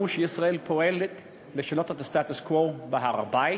שישראל פועלת לשנות את הסטטוס-קוו בהר-הבית.